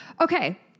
Okay